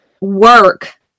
work